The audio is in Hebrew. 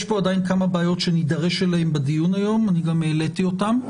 יש כאן עדיין כמה בעיות שנידרש אליהן בדיון היום ואני גם העליתי אותן.